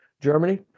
Germany